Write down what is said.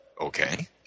Okay